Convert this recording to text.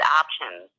options